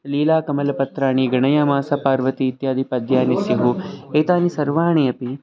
लीलाकमलपत्राणि गणयामास पार्वतीत्यादि पद्यानि स्युः एतानि सर्वाणि अपि